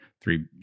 three